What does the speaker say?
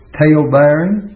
tail-bearing